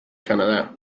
canadá